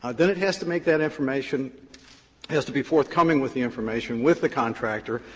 ah then it has to make that information has to be forthcoming with the information with the contractor,